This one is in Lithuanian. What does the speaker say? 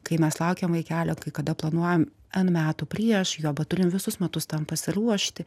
kai mes laukiam vaikelio kai kada planuojam n metų prieš jo bet turim visus metus tam pasiruošti